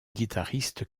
guitariste